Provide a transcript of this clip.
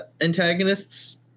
antagonists